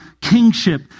kingship